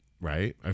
Right